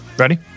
Ready